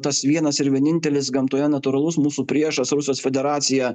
tas vienas ir vienintelis gamtoje natūralus mūsų priešas rusijos federacija